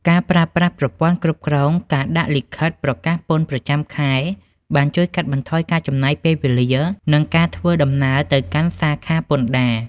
ការប្រើប្រាស់ប្រព័ន្ធគ្រប់គ្រងការដាក់លិខិតប្រកាសពន្ធប្រចាំខែបានជួយកាត់បន្ថយការចំណាយពេលវេលា និងការធ្វើដំណើរទៅកាន់សាខាពន្ធដារ។